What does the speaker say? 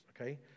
okay